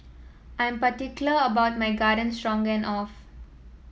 I am particular about my Garden Stroganoff